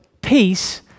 peace